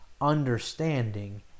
understanding